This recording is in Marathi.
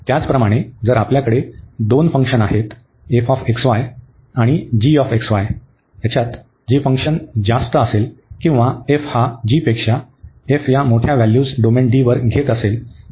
त्याचप्रमाणे जर आपल्याकडे दोन फंक्शन आहेत जी फंक्शन पेक्षा जास्त असेल किंवा f हा g पेक्षा फ या मोठ्या व्हॅल्यूज डोमेन D वर घेत असेल तर